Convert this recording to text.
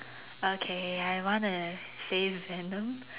okay I wanna say Venom